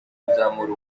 kuzamura